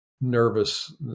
nervous